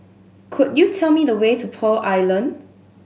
could you tell me the way to Pearl Island